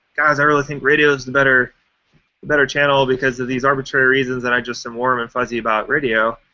guys, i really think radio is the better better channel because of these arbitrary reasons that i just am warm and fuzzy about radio.